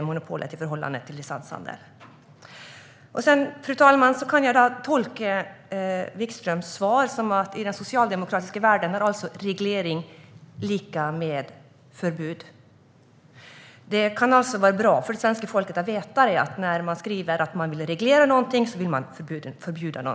Jag kan tolka Wikströms svar som att i den socialdemokratiska världen är reglering lika med förbud. Det kan vara bra för det svenska folket att veta att när man skriver att man vill reglera något innebär det att man vill förbjuda det.